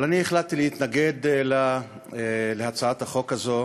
אבל אני החלטתי להתנגד להצעת החוק הזאת